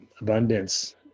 abundance